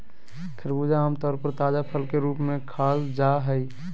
खरबूजा आम तौर पर ताजा फल के रूप में खाल जा हइ